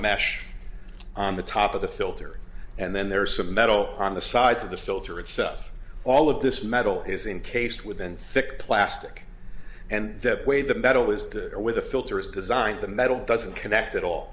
mesh on the top of the filter and then there are some metal on the sides of the filter itself all of this metal is incased with and thick plastic and the way the metal is or with a filter is designed the metal doesn't connect at all